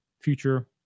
future